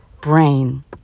brain